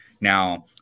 Now